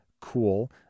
cool